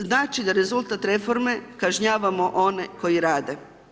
Znači da rezultat reforme kažnjavamo one koji rade.